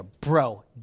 bro